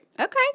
Okay